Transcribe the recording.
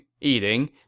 Eating